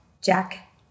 Jack